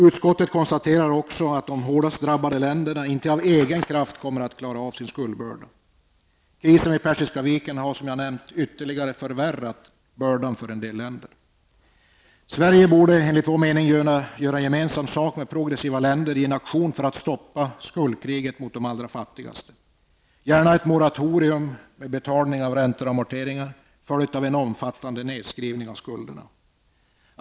Utskottet konstaterar också att de hårdast drabbade länderna inte av egen kraft kommer att klara av sin skuldbörda. Krisen vid Persiska viken har, som jag nämnt, ytterligare förvärrat bördan för en del länder. Sverige borde enligt vår mening göra gemensam sak med progressiva länder i en aktion för att stoppa skuldkriget mot de allra fattigaste länderna. Gärna ett moratorium med betalning av räntor och amorteringar följt av en omfattande nedskrivning av skulderna!